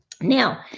now